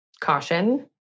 caution